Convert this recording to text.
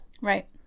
Right